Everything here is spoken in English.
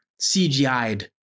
CGI'd